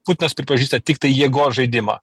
putinas pripažįsta tiktai jėgos žaidimą